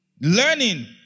Learning